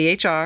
CHR